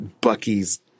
Bucky's